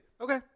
Okay